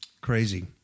Crazy